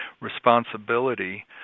responsibility